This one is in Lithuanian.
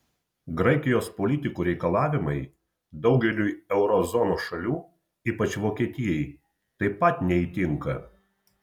graikijos politikų reikalavimai daugeliui euro zonos šalių ypač vokietijai taip pat neįtinka